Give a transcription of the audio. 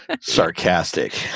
sarcastic